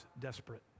desperate